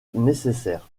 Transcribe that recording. nécessaire